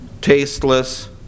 tasteless